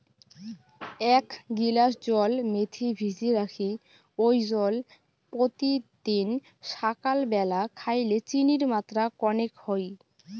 এ্যাক গিলাস জল মেথি ভিজি রাখি ওই জল পত্যিদিন সাকাল ব্যালা খাইলে চিনির মাত্রা কণেক হই